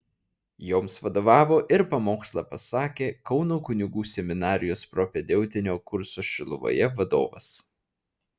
joms vadovavo ir pamokslą pasakė kauno kunigų seminarijos propedeutinio kurso šiluvoje vadovas